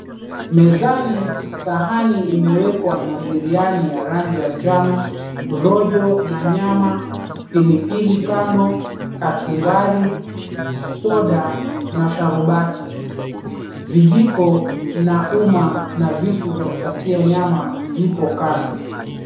Mezani, sahani imewekwa na biriani ya rangi ya njano, rojo na nyama, pilipili kando, kachumbari, soda, na sharubati. Vijiko na umma na visu vya kukatia nyama vipo kando.